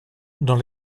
dans